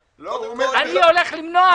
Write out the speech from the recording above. זה המצב היום, אני הולך למנוע את זה.